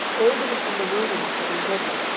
david is in the wilderness of engedi.